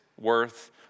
worth